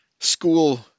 school